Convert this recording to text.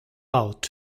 out